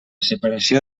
separació